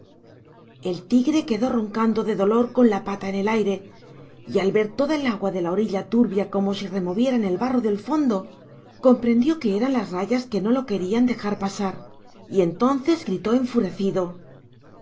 el tigre quedó roncando de dolor con la pata en el aire y al ver toda el agua de la orilla turbia como si removieran el barro del fondo comprendió que eran las rayas que no lo querían dejar pasar y entonces gritó enfurecido